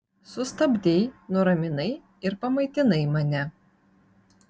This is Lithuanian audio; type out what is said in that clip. sustabdei nuraminai ir pamaitinai mane